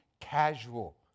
casual